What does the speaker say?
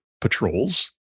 patrols